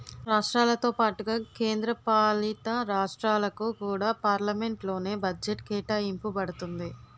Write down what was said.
రాష్ట్రాలతో పాటుగా కేంద్ర పాలితరాష్ట్రాలకు కూడా పార్లమెంట్ లోనే బడ్జెట్ కేటాయింప బడుతుంది